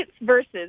versus